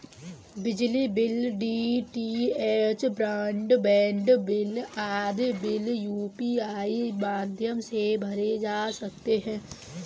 बिजली bill, DTH broadband bill आदि bill UPI माध्यम से भरे जा सकते हैं